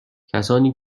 کسانی